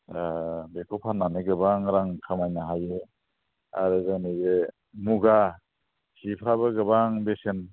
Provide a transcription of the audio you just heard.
ओ बेखौ फान्नानै गोबां रां खामायनो हायो आरो दा नैबे मुगा जिफ्राबो गोबां बेसेन